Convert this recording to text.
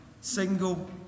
single